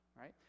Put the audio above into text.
right